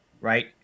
right